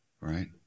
right